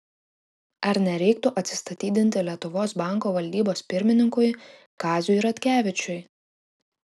ar nereiktų atsistatydinti lietuvos banko valdybos pirmininkui kaziui ratkevičiui